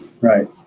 Right